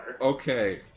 Okay